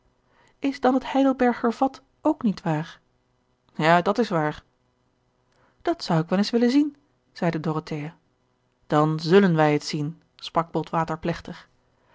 is dan het heidelberger vat ook niet waar ja dat is waar dat zou ik wel eens willen zien zeide dorothea dan zullen wij het zien sprak botwater plechtig